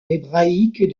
hébraïque